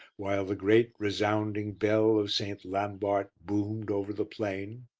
while the great resounding bell of st. lambart boomed over the plain.